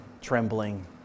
trembling